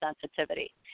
sensitivity